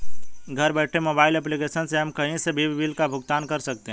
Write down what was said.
घर बैठे mobile application से हम कही से भी बिल का भुगतान कर सकते है